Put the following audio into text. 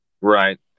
Right